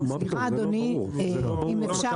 סליחה, אדוני, אם אפשר